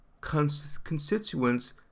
constituents